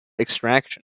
extraction